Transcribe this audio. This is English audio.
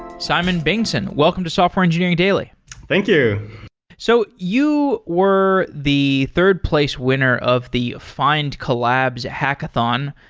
simon bengtsson, welcome to software engineering daily thank you so, you were the third place winner of the findcollabs hackathon,